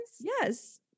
Yes